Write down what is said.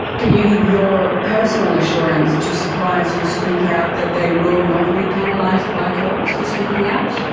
can you give your personal assurance to suppliers who speak out that they will not be penalised by coles for speaking out?